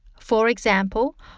for example,